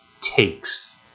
takes